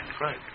Right